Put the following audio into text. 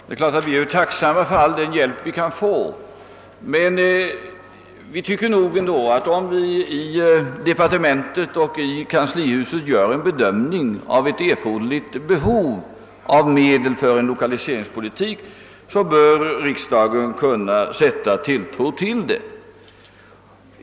Herr talman! Vi är givetvis tacksamma för all hjälp vi kan få. Men om vi i departementet och kanslihuset gör en bedömning av det behov som föreligger av medel för lokaliseringspolitiken bör riksdagen kunna sätta tilltro till denna bedömning.